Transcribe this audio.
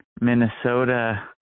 Minnesota